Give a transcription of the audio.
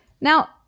Now